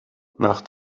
nach